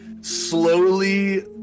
slowly